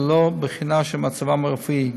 ללא בחינה של מצבם הרפואי,